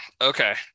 Okay